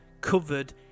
covered